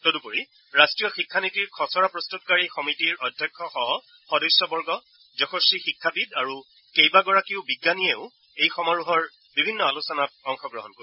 তদুপৰি ৰাট্টীয় শিক্ষা নীতিৰ খচৰা প্ৰস্ততকাৰী কমিটিৰ অধ্যক্ষসহ সদস্যবৰ্গ যশস্বী শিক্ষাবিদ আৰু কেইবাগৰাকীও বিজ্ঞানীয়েও এই সমাৰোহৰ বিভিন্ন আলোচনাত অংশগ্ৰহণ কৰিব